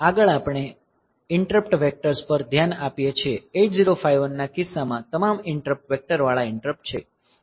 આગળ આપણે interrupt vectors પર ધ્યાન આપીએ છીએ 8051 ના કિસ્સામાં તમામ ઈંટરપ્ટ વેક્ટરવાળા ઈંટરપ્ટ છે